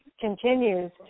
continues